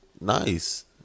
Nice